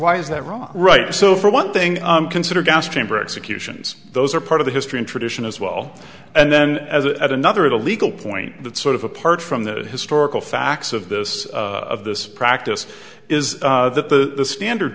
why is that wrong right so for one thing i consider gas chamber executions those are part of the history and tradition as well and then as it at another at a legal point that sort of apart from the historical facts of this of this practice is that the standard